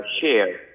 share